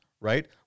Right